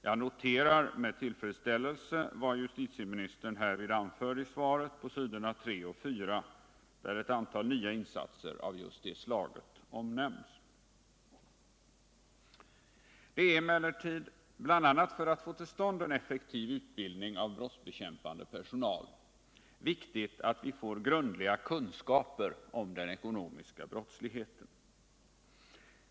Jag noterar med tillfredsställelse vad justitieministern härvid anför i sitt svar, där ett antal nya insatser av just det slaget omnämns. Det är emellertid bl.a. för att få till stånd en effektiv utbildning av brottsbekämpande personal viktigt, att vi får grundliga kunskaper om den ekonomiska brottsligheten.